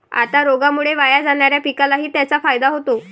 आता रोगामुळे वाया जाणाऱ्या पिकालाही त्याचा फायदा होतो